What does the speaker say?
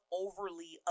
overly